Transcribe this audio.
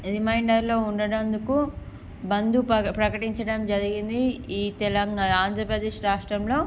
రిమైండర్లో ఉండినందుకు బంద్ ప్రకటించడం జరిగింది ఈ తెలంగాణ ఆంధ్రప్రదేశ్ రాష్ట్రంలో